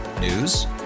News